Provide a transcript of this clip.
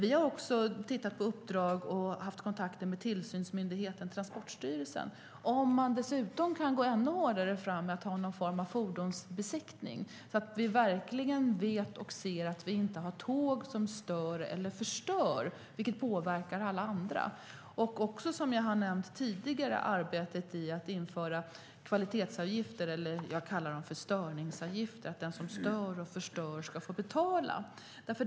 Vi har tittat på uppdrag och haft kontakter med tillsynsmyndigheten Transportstyrelsen för att se om man kan gå ännu hårdare fram med att ha någon form av fordonsbesiktning så att vi verkligen vet och ser att vi inte har tåg som stör eller förstör, vilket påverkar alla andra. Vi har också, som jag har nämnt tidigare, arbetat med att införa kvalitetsavgifter - jag kallar dem störningsavgifter - så att den som stör och förstör ska få betala.